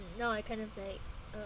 now I kind of like uh